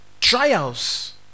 trials